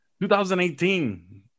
2018